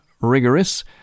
rigorous